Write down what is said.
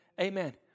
Amen